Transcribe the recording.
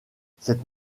cette